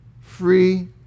free